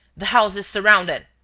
the house is surrounded.